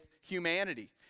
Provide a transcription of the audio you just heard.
humanity